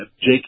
Jake